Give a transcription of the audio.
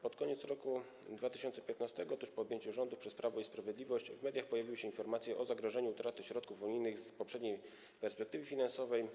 Pod koniec roku 2015, tuż po objęciu rządów przez Prawo i Sprawiedliwość, w mediach pojawiły się informacje o zagrożeniu utratą środków unijnych z poprzedniej perspektywy finansowej.